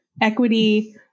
equity